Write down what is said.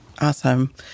Awesome